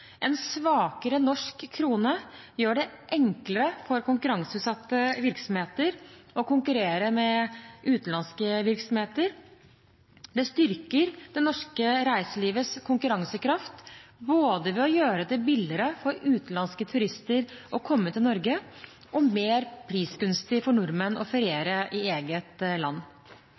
En svakere norsk krone gjør det enklere for konkurranseutsatte virksomheter å konkurrere med utenlandske virksomheter. Det styrker det norske reiselivets konkurransekraft ved å gjøre det både billigere for utenlandske turister å komme til Norge og mer prisgunstig for nordmenn å feriere i eget land.